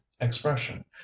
expression